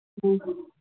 ꯎꯝ